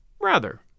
Rather